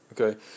okay